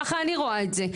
ככה אני רואה את זה.